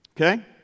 okay